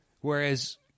Whereas